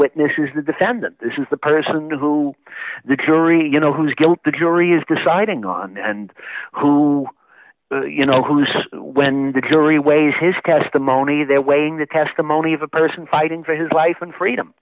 witness is the defendant this is the person who the jury you know whose guilt the jury is deciding on and who you know whose when the jury weighs his testimony they're weighing the testimony of a person fighting for his life and freedom